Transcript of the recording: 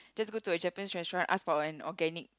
just go to a Japan restaurant ask for an organic